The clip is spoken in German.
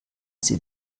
sie